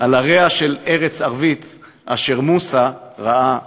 על הריה של ארץ ערבית / אשר מוסא ראה מרחוק".